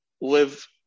live